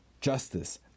justice